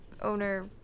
owner